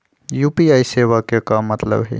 UPI सेवा के का मतलब है?